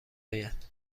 آید